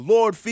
Lord